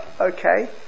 Okay